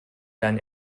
done